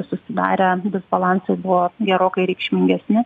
susidarę disbalansai buvo gerokai reikšmingesni